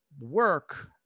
work